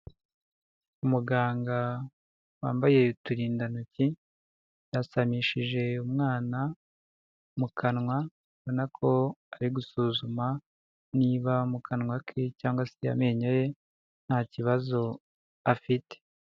Umuganga wambaye uturindantoki yasamishije umwana mu kanwa, ubona ko ari gusuzuma niba mu kanwa ke cyangwa se amenyo ye nta kibazo afite.